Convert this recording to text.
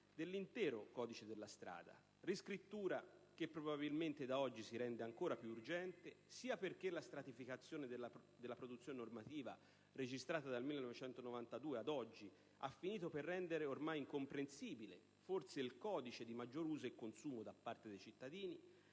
dell'intero codice della strada: riscrittura che probabilmente da oggi si rende ancora più urgente, perché la stratificazione della produzione normativa registrata dal 1992 ad oggi ha finito per rendere ormai incomprensibile quello che forse è il codice di maggior uso e consumo da parte dei cittadini,